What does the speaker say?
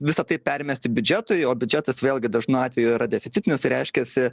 visa tai permesti biudžetui o biudžetas vėlgi dažnu atveju yra deficitinis tai reiškiasi